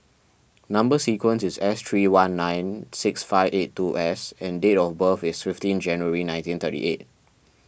Number Sequence is S three one nine six five eight two S and date of birth is fifteen January nineteen thirty eight